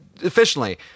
efficiently